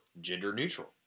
gender-neutral